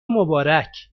مبارک